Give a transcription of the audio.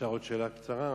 אפשר עוד שאלה קצרה?